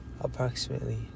approximately